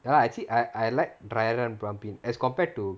ya lah actually I I like dry run pumping as compared to